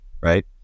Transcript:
right